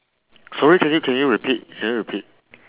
sorry can you can you repeat can you repeat